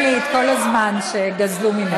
אתה מחזיר לי את כל הזמן שגזלו ממני.